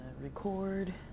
record